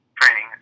training